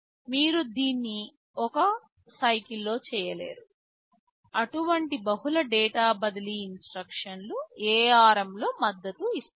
మీరు దీన్ని ఒక సైకిల్ లో చేయలేరు అటువంటి బహుళ డేటా బదిలీ ఇన్స్ట్రక్షన్లు ARM లో మద్దతు ఇస్తాయి